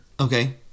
Okay